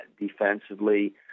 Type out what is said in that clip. defensively